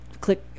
click